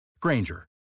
Granger